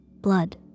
blood